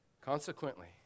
Consequently